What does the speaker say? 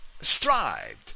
strived